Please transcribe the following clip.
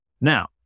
Now